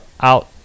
out